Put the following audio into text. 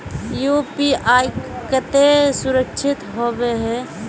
UPI केते सुरक्षित होबे है?